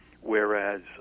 whereas